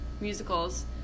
musicals